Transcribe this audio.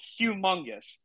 humongous